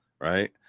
right